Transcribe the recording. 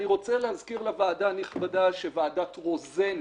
אני רוצה להזכיר לוועדה הנכבדה שוועדת רוזן,